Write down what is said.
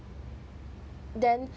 then